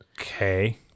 Okay